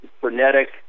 frenetic